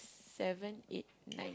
seven eight nine